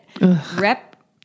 Rep